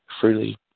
freely